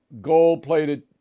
Gold-plated